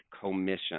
Commission